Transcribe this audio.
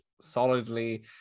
solidly